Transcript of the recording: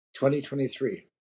2023